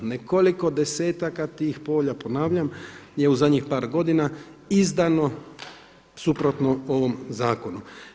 Nekoliko desetaka tih polja ponavljam, je u zadnjih par godina izdano suprotno ovom zakonu.